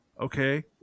Okay